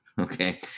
okay